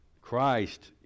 Christ